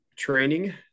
training